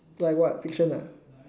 like what fiction ah